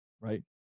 right